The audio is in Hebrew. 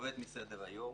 יורד מסדר-היום,